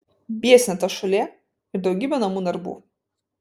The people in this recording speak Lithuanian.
biesina ta šūlė ir daugybė namų darbų